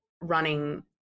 running